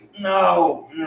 no